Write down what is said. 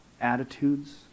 attitudes